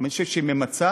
ואני חושב שהיא ממצה